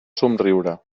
somriure